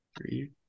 three